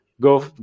go